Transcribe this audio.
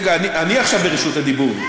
רגע, אני עכשיו ברשות הדיבור.